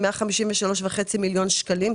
153.5 מיליון שקלים.